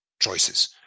choices